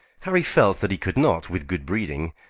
harry felt that he could not, with good-breeding,